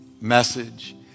message